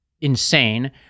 insane